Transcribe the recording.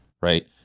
right